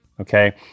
Okay